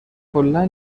کلا